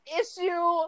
issue